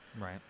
right